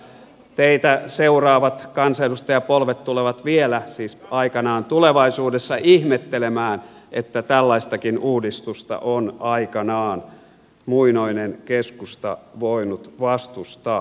väitän että teitä seuraavat kansanedustajapolvet tulevat vielä siis aikanaan tulevaisuudessa ihmettelemään että tällaistakin uudistusta on aikanaan muinoinen keskusta voinut vastustaa